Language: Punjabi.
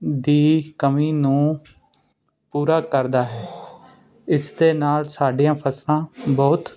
ਦੀ ਕਮੀ ਨੂੰ ਪੂਰਾ ਕਰਦਾ ਹੈ ਇਸ ਦੇ ਨਾਲ ਸਾਡੀਆਂ ਫਸਲਾਂ ਬਹੁਤ